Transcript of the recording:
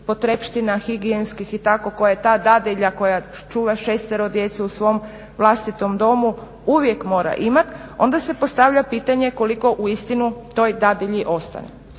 potrepština higijenskih i tako koje ta dadilja koja čuva šestero djece u svom vlastitom domu uvijek mora imati onda se postavlja pitanje koliko uistinu toj dadilji ostane.